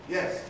Yes